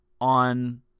on